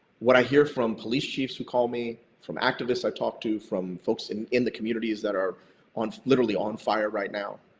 what i hear from police chiefs who call me, from activists i talk to, from folks in in the communities that are literally on fire right now,